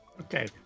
Okay